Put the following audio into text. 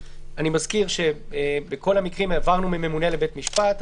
אני מזכיר שבכל המקרים העברנו מממונה לבית משפט,